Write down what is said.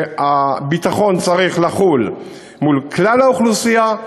והביטחון צריך לחול מול כלל האוכלוסייה.